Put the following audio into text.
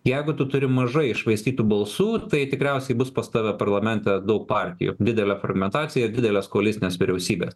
jeigu tu turi mažai iššvaistytų balsų tai tikriausiai bus pas tave parlamente daug partijų didelė fragmentacija didelės koalicinės vyriausybės